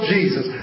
Jesus